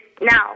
Now